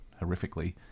horrifically